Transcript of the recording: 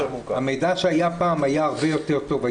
המידע שנתקבל פעם היה הרבה יותר טוב.